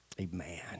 Amen